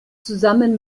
zusammen